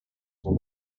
were